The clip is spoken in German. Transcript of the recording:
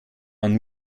man